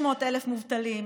600,000 מובטלים,